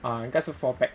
err 应该是 four peg